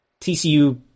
TCU